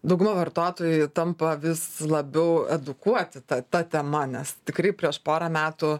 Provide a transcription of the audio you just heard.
dauguma vartotojų tampa vis labiau edukuoti ta ta tema nes tikrai prieš porą metų